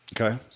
Okay